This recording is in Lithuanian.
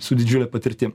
su didžiule patirtim